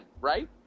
right